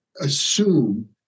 assume